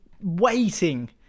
waiting